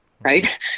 right